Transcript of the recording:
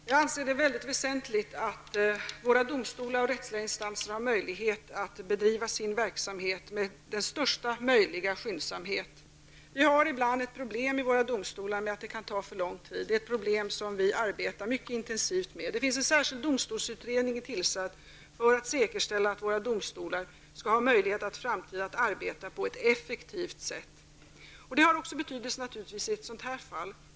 Herr talman! Jag anser det väldigt väsentligt att våra domstolar och andra rättsinstanser har möjlighet att bedriva sin verksamhet med största möjliga skyndsamhet. Vi har ibland ett problem i våra domstolar med att det kan ta för lång tid. Men det problemet arbetar vi med intensivt. Det finns en särskild domstolsutredning tillsatt för att säkerställa att våra domstolar har möjlighet att i framtiden arbeta på ett effektivt sätt. Det har naturligtvis betydelse också i ett sådant här fall.